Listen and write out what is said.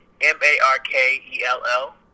M-A-R-K-E-L-L